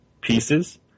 pieces